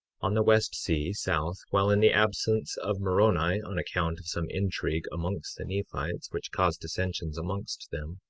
on the west sea, south, while in the absence of moroni on account of some intrigue amongst the nephites, which caused dissensions amongst them,